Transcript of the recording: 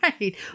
Right